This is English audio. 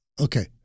Okay